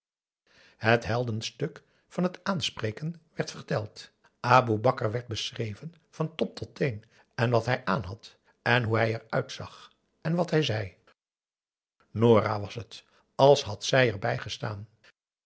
het heldenstuk van het aanspreken werd verteld aboe bakar werd beschreven van top tot teen en wat hij aan had en hoe hij eruit zag en wat hij zei nora was het als had zij erbij gestaan